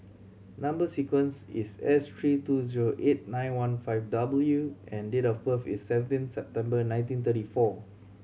number sequence is S three two zero eight nine one five W and date of birth is seventeen September nineteen thirty four